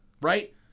right